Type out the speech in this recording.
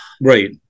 right